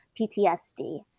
PTSD